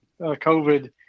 COVID